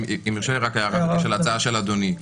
לי רק הערה להצעה של אדוני.